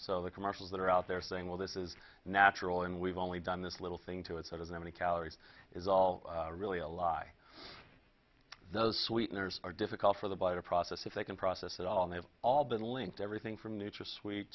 so the commercials that are out there saying well this is natural and we've only done this little thing to it sort of many calories is all really a lie those sweeteners are difficult for the bio process if they can process it all and they've all been linked everything from nutrasweet